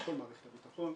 כל מערכת הביטחון,